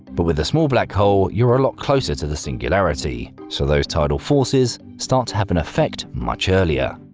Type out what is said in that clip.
but with a small black hole you're a lot closer to the singularity, so those tidal forces start to have an effect much earlier.